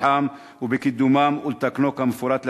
בפיתוחם ובקידומם, ולתקנו כמפורט להלן: